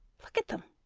look at them!